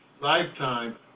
lifetime